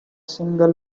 single